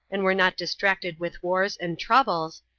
and were not distracted with wars and troubles,